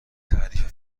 تعریف